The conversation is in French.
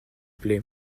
plait